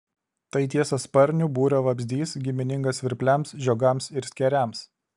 tai tiesiasparnių būrio vabzdys giminingas svirpliams žiogams ir skėriams